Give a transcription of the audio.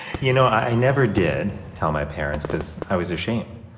you know, i never did tell my parents because i was ashamed.